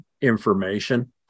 information